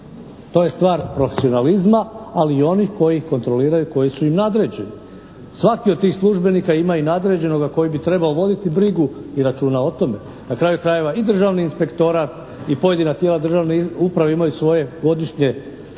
To je stvar profesionalizma ali i onih koji ih kontroliraju, koji su im nadređeni. Svaki od tih službenika ima i nadređenoga koji bi trebao voditi brigu i računa o tome. Na kraju krajeva i Državni inspektorat i pojedina tijela državne uprave imaju svoje godišnje, mjesečne,